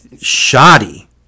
shoddy